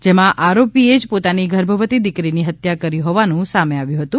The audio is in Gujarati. જેમાં આરોપીએ જ પોતાની ગર્ભવતિ દીકરીની હત્યા કરી હોવાનું સામે આવ્યું હતું